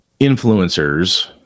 influencers